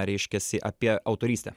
reiškiasi apie autorystę